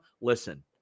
Listen